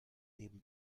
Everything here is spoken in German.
neben